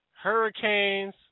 hurricanes